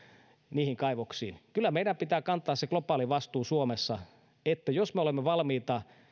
niihin kaivoksiin kyllä meidän pitää kantaa se globaalivastuu suomessa jos me olemme valmiita